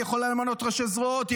היא יכולה למנות ראשי זרועות,